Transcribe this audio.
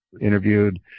interviewed